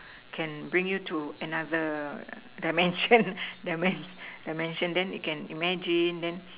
can bring you to another dimension dimen~ dimension then you can imagine then